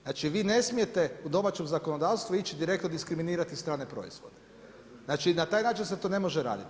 Znači vi ne smijete u domaćem zakonodavstvu ići direktno diskriminirati strane proizvodu, znači na taj način se to ne može raditi.